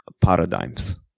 paradigms